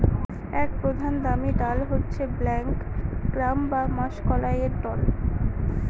এক প্রধান দামি ডাল হচ্ছে ব্ল্যাক গ্রাম বা মাষকলাইর দল